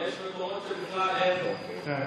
יש מקומות שבכלל אין, כן.